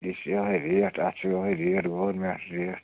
یہِ چھِ یہَے ریٹ اَتھ چھُ یِہَے ریٹ ووٚن مےٚ اَتھ ریٹ